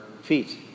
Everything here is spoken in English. feet